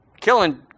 killing